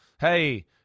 hey